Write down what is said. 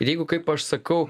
jeigu kaip aš sakau